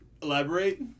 Elaborate